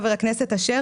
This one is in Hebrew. חבר הכנסת אשר,